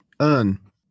earn